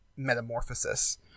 metamorphosis